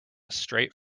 straight